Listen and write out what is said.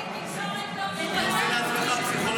אתה עושה לעצמך פסיכולוגיה עצמית.